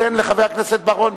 אתן לחבר הכנסת בר-און,